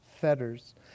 fetters